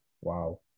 Wow